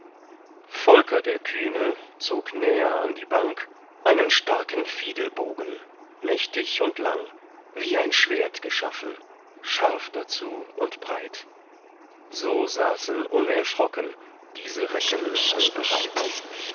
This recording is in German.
volker der kühne zog näher an die bank einen starken fiedelbogen mächtig und lang wie ein schwert geschaffen scharf dazu und breit so saßen unerschrocken diese recken allbereit